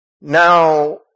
Now